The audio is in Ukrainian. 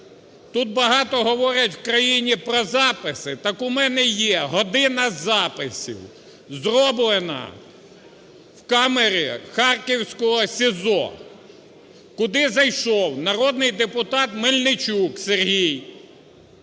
Тут багато говорять в країні про записи. Так у мене є година записів, зроблена в камері харківського СІЗО, куди зайшов народний депутат Мельничук Сергій,